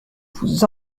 vous